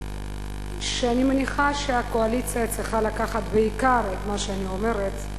שאני מניחה שבעיקר הקואליציה צריכה לקחת את מה שאני אומרת,